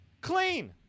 Clean